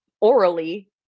orally